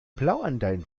blauanteil